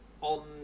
on